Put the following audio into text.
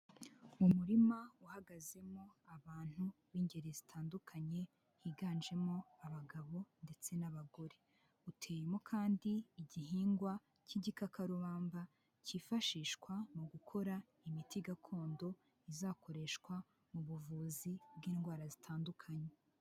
Mu murima uhagazemo abantu b'ingeri zitandukanye, higanjemo abagabo ndetse n'abagore. Uteyemo kandi igihingwa cy'igikakarubamba cyifashishwa mu gukora imiti gakondo, izakoreshwa mu buvuzi bw'indwara zitandukanye.